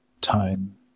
time